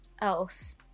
else